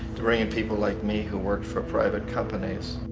to bring in people like me, who work for private companies.